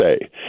say